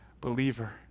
believer